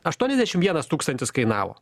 aštuoniasdešim vienas tūkstantis kainavo